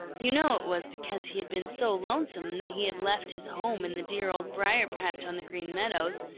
you know it was because he had been so lonesome that he had left his home in the dear old briar-patch on the green meadows.